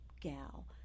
gal